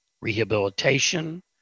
rehabilitation